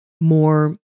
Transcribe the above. more